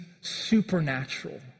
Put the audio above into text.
supernatural